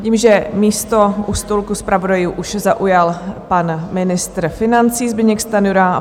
Vidím, že místo u stolku zpravodajů už zaujal pan ministr financí Zbyněk Stanjura.